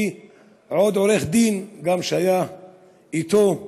ועוד עורך דין שהיה אתו,